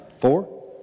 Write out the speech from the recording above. Four